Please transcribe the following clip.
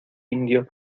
indio